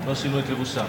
"לא שינו את לבושם".